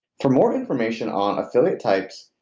for more information on affiliate types,